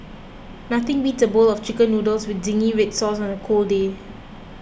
nothing beats a bowl of Chicken Noodles with Zingy Red Sauce on a cold day